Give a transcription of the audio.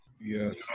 Yes